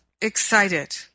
excited